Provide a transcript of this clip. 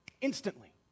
instantly